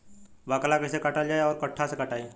बाकला कईसे काटल जाई औरो कट्ठा से कटाई?